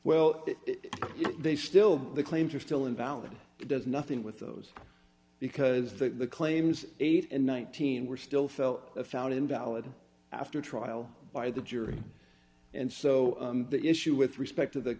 well they still the claims are still invalid does nothing with those because the claims eight dollars ten cents were still fell a found invalid after trial by the jury and so the issue with respect to the